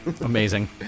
amazing